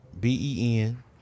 B-E-N